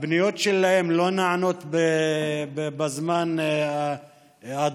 הפניות שלהם לא נענות בזמן הדרוש,